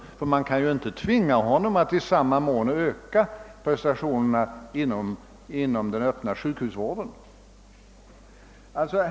Man kan nämligen inte tvinga honom att i samma mån öka prestationerna inom den öppna sjukhusvården.